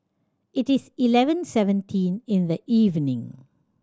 it is eleven seventeen in the evening